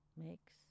makes